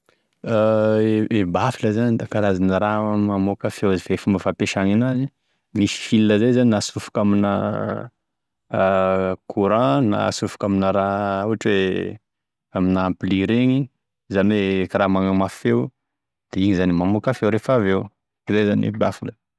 E bafla zany da karazana raha mamoka feo, e fomba fampesagnenazy da misy fily zay antsofoka amina courant na asofoka amina raha ohatra hoe amina ampli regny izany hoe karaha magnamafy feo, de igny zany mamoaka feo rehefa aveo izay zany e bafila.